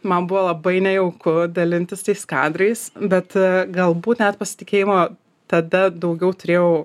man buvo labai nejauku dalintis tais kadrais bet galbūt net pasitikėjimo tada daugiau turėjau